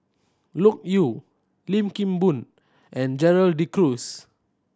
Loke Yew Lim Kim Boon and Gerald De Cruz